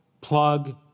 plug